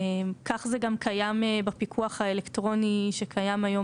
כך זה גם קיים בפיקוח האלקטרוני שקיים כיום